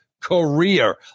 career